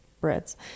breads